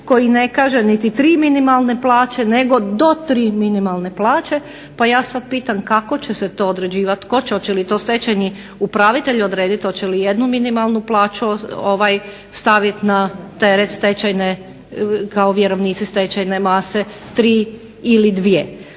koji ne kaže niti tri minimalne plaće, nego do tri minimalne plaće. Pa ja sad pitam kako će se to određivati? Tko će? Hoće li to stečajni upravitelj odrediti hoće li jednu minimalnu plaću stavit na teret stečajne, kao vjerovnici stečajne mase tri ili dvije.